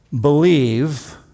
believe